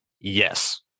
Yes